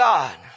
God